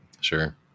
Sure